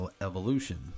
evolution